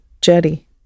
jetty